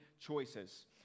Choices